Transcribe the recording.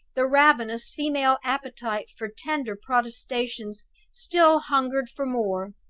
the ravenous female appetite for tender protestations still hungered for more.